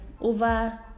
over